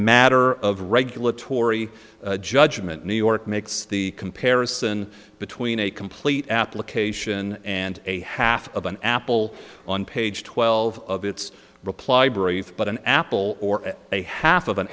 matter of regulatory judgement new york makes the comparison between a complete application and a half of an apple on page twelve it's a reply brief but an apple or a half of an